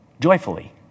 Joyfully